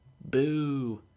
boo